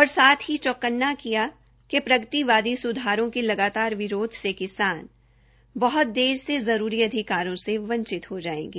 और साथ चौक्कना किया कि प्रगतिवादी सुधारों के लगातार विरोध से किसान बहत दे से जरूरी अधिकारों से वंचित हो जायेंगे